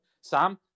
Sam